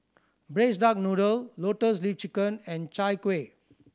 Braised Duck Noodle Lotus Leaf Chicken and Chai Kuih